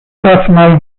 personnel